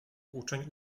uczeń